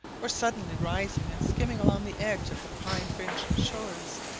or suddenly rising and skimming along the edge of the pine-fringed shores,